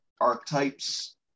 archetypes